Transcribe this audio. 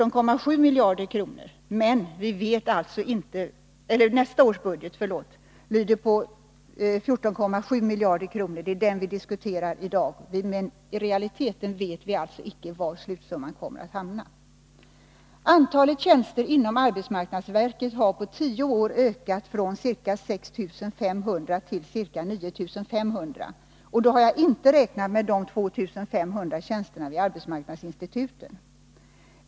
Nästa års budget lyder på 14,7 miljarder kronor. Det är den vi i dag diskuterar. Men i realiteten vet vi inte vilken slutsumman blir. Antalet tjänster inom arbetsmarknadsverket har på tio år ökat från ca 6 500 till ca 9 500, och då har jag inte räknat med de 2 500 tjänsterna vid arbetsmarknadsinstituten.